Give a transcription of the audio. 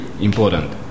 important